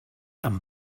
amb